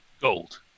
Gold